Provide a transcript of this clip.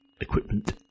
equipment